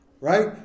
right